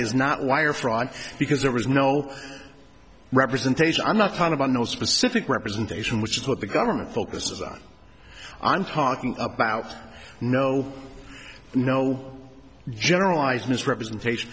is not wire fraud because there was no representation i'm not talking about no specific representation which is what the government focuses on i'm talking about no no generalized misrepresentation